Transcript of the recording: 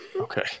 Okay